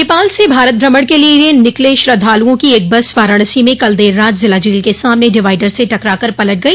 नेपाल से भारत भ्रमण के लिए निकले श्रद्वालुओं की एक बस वाराणसी में कल देर रात जिला जेल के सामने डिवाइडर से टकरा कर पलट गई